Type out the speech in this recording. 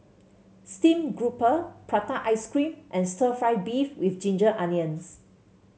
Steamed Grouper Prata Ice Cream and stir fry beef with Ginger Onions